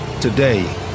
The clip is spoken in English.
Today